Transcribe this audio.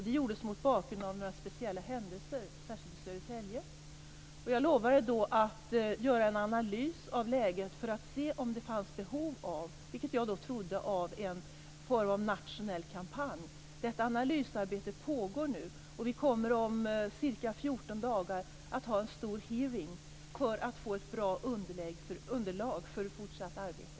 Det gjordes mot bakgrund av några speciella händelser - särskilt i Södertälje. Jag lovade då att en analys av läget skulle göras för att se om det fanns behov av en nationell kampanj. Detta analysarbete pågår nu. Vi kommer om ca 14 dagar att ha en stor hearing för att få ett bra underlag för ett fortsatt arbete.